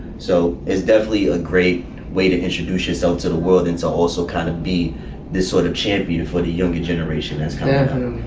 so it's definitely a great way to introduce yourself to the world. it's and so also kind of be this sort of champion for the younger generation. that's kind of.